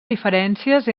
diferències